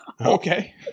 okay